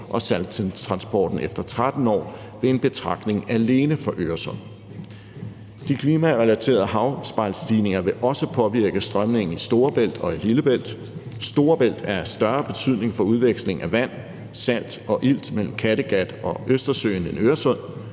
og salttransporten efter 13 år ved en betragtning alene for Øresund. De klimarelaterede havspejlsstigninger vil også påvirke strømningen i Storebælt og Lillebælt. Storebælt er af større betydning for udveksling af vand, salt og ilt mellem Kattegat og Østersøen end Øresund.